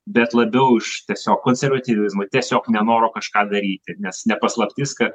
bet labiau už tiesiog konservatyvizmo tiesiog nenoro kažką daryti nes ne paslaptis kad